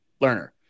learner